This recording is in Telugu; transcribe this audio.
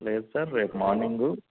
లేదు సర్ రేపు మార్నింగు